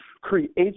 Create